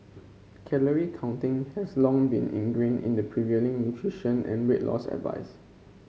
calorie counting has long been ingrained in the prevailing nutrition and weight loss advice